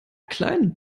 kleine